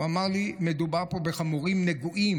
הוא אמר לי: מדובר פה בחמורים נגועים,